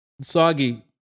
soggy